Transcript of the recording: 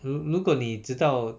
如果你知道